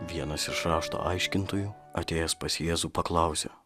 vienas iš rašto aiškintojų atėjęs pas jėzų paklausė